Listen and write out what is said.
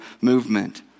movement